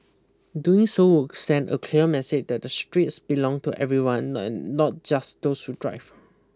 doing so walk send a clear message that the stress belong to everyone and not just those who drive